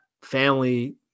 family